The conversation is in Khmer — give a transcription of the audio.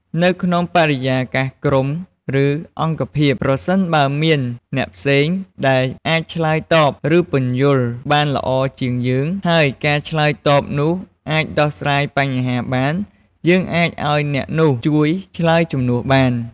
នៅក្នុងបរិយាកាសក្រុម ឬអង្គភាព ប្រសិនបើមានអ្នកផ្សេងដែលអាចឆ្លើយតប ឬពន្យល់បានល្អជាងយើង ហើយការឆ្លើយតបនោះអាចដោះស្រាយបញ្ហាបាន យើងអាចឲ្យអ្នកនោះជួយឆ្លើយជំនួសបាន។